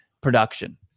production